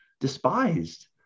despised